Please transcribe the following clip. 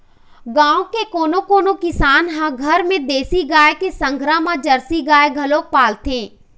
गाँव के कोनो कोनो किसान ह घर म देसी गाय के संघरा म जरसी गाय घलोक पालथे